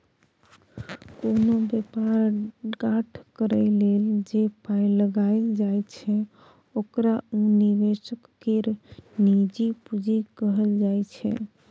कोनो बेपार ठाढ़ करइ लेल जे पाइ लगाइल जाइ छै ओकरा उ निवेशक केर निजी पूंजी कहल जाइ छै